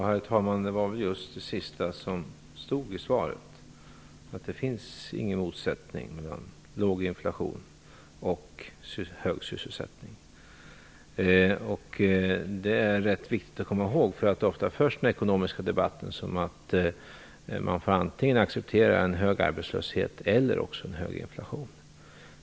Herr talman! Det var just det sista som stod i svaret, dvs. att det inte finns någon motsättning mellan låg inflation och hög sysselsättning. Det är rätt viktigt att komma ihåg. Ofta förs den ekonomiska debatten som om man antingen får acceptera en hög arbetslöshet eller en hög inflation.